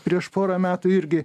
prieš porą metų irgi